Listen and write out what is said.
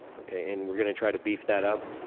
okay. and we're gonna try to beef that up?